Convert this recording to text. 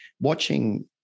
watching